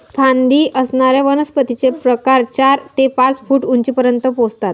फांदी असणाऱ्या वनस्पतींचे प्रकार चार ते पाच फूट उंचीपर्यंत पोहोचतात